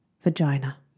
vagina